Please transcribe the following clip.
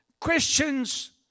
Christians